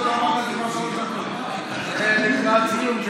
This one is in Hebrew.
זה לקראת סיום,